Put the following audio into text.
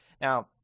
Now